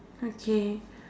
okay